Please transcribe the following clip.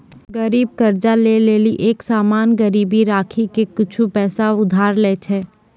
गरीब कर्जा ले लेली एक सामान गिरबी राखी के कुछु पैसा उधार लै छै